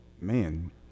man